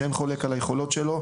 שאין חולק על היכולות שלו,